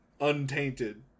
untainted